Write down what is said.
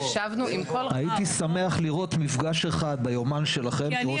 הייתי שמח לראות מפגש אחד ביומן שלכם שראש